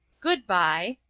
good by.